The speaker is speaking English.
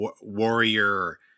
warrior-